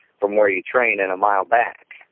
from where you train and a mile back,